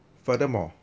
furthermore